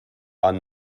are